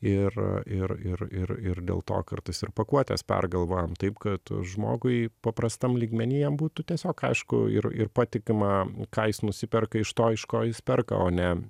ir ir ir ir ir dėl to kartais ir pakuotes pergalvojam taip kad žmogui paprastam lygmeny jam būtų tiesiog aišku ir ir patikima ką jis nusiperka iš to iš ko jis perka o ne